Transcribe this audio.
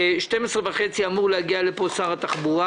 ב-12:30 אמור להגיע לכאן שר התחבורה